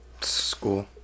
School